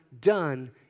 done